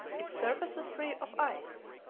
its surface was free of ice,